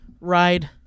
ride